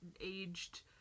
aged